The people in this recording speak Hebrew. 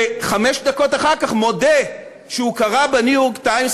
וחמש דקות אחר כך מודה שהוא קרא ב"ניו-יורק טיימס"